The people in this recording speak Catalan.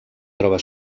troba